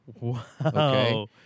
Wow